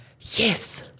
Yes